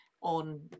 on